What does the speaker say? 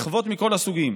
מחוות מכל הסוגים.